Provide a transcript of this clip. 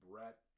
Brett